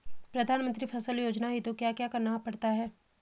प्रधानमंत्री फसल योजना हेतु क्या क्या करना पड़ता है?